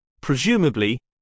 Presumably